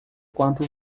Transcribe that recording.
quanto